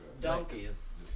Donkeys